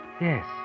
Yes